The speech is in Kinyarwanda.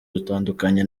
dutandukanye